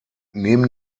neben